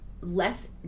less